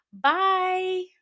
Bye